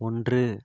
ஒன்று